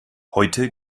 heute